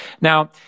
Now